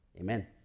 Amen